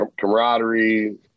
Camaraderie